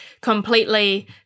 completely